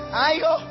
ayo